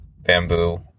bamboo